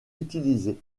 utilisé